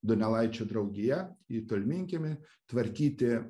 donelaičio draugija į tolminkiemį tvarkyti